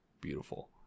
beautiful